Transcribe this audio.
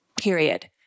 Period